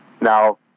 Now